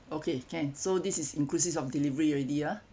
okay can so this is inclusive of delivery already ah